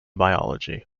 biology